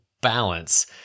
balance